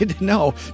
No